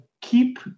keep